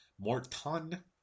Morton